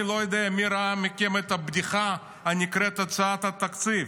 אני לא יודע מי ראה מכם את הבדיחה הנקראת "הצעת התקציב",